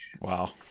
Wow